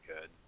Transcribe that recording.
good